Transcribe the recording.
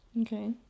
Okay